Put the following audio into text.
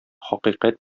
хакыйкать